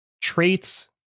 traits